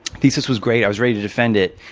thesis was great. i was ready to defend it.